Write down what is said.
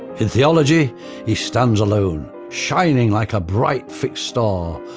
in theology he stands alone, shining like a bright fixed star,